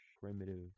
primitive